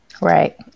Right